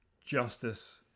justice